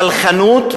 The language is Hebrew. סלחנות,